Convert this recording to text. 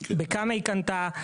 בכמה היא קנתה.